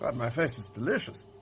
ah my face is delicious.